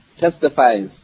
testifies